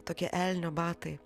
tokie elnio batai